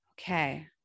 Okay